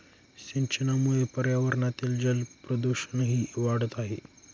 सिंचनामुळे पर्यावरणातील जलप्रदूषणही वाढत आहे